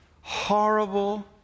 horrible